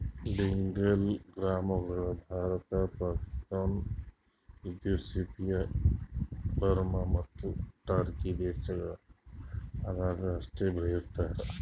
ಬೆಂಗಾಲ್ ಗ್ರಾಂಗೊಳ್ Bharat, Pakistan, Ethiopia, Burma ಮತ್ತ Turkey ದೇಶಗೊಳ್ದಾಗ್ ಅಷ್ಟೆ ಬೆಳುಸ್ತಾರ್